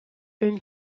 une